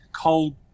cold